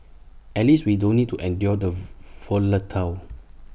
at least we don't need to endure the